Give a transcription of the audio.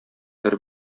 бер